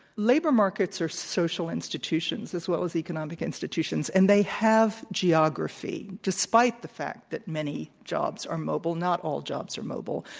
labor markets are social institutions as well as economic institutions, and they have geography. despite the fact that many jobs are mobile, not all jobs are mobile.